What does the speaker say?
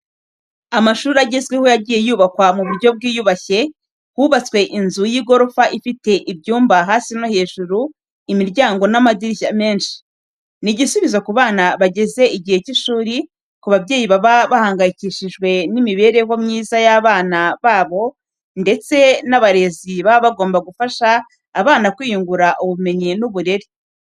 Amashuri agezweho yagiye yubakwa mu buryo bwiyubashye, hubatswe inzu y'igorofa ifite ibyumba hasi no hejuru, imiryango n'amadirishya menshi. Ni igisubizo ku bana bageze igihe cy'ishuri, ku babyeyi baba bahangayikiye imibereho myiza y'abana babo ndetse n'abarezi baba bagomba gufasha abana kwiyungura ubumenyi n'uburere.